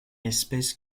espèce